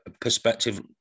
perspective